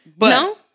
No